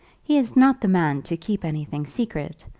he is not the man to keep anything secret.